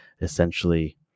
essentially